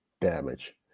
damage